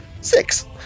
six